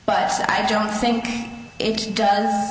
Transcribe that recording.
but i don't think it does